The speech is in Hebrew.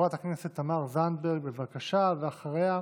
חברת הכנסת תמר זנדברג, בבקשה, ואחריה,